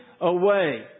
away